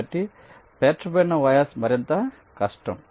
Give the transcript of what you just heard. కాబట్టి పేర్చబడిన వయాస్ మరింత కష్టం